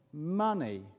money